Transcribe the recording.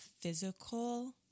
physical